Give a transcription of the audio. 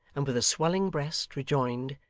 and with a swelling breast rejoined,